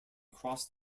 crossed